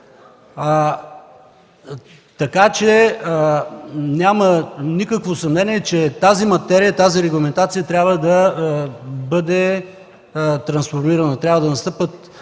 момент? Няма никакво съмнение, че тази материя, регламентация трябва да бъде трансформирана и да настъпят